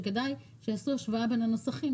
שכדאי שיעשו השוואה בין הנוסחים,